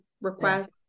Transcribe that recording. request